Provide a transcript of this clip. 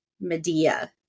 Medea